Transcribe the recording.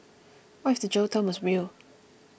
what if the jail term was real